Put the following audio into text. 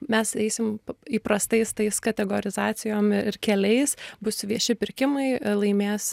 mes eisim įprastais tais kategorizacijom ir keliais bus vieši pirkimai laimės